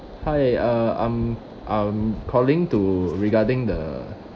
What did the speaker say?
hi uh I'm I'm calling to regarding the